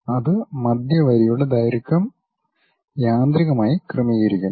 അത് മധ്യ വരിയുടെ ദൈർഘ്യം യാന്ത്രികമായി ക്രമീകരിക്കുന്നു